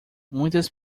muitas